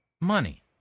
money